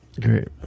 Great